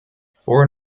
four